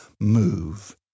move